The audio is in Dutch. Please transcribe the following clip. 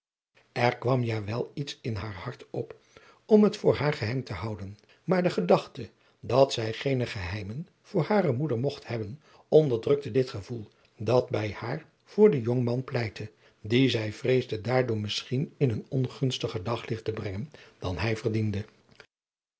er kwam ja wel iets in haar hart op om het voor haar geheim te houden maar de gedachte dat zij geene geheimen voor hare moeder mogt hebben onderdrukte dit gevoel dat bij haar voor den jongman pleitte dien zij vreesde daardoor misschien in een ongunstiger daglicht te brengen dan hij verdiende